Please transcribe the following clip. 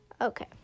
Okay